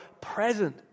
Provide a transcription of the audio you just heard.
present